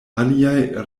aliaj